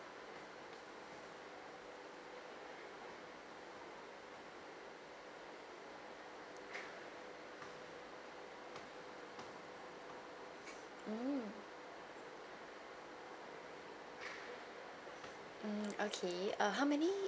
mm mm okay err how many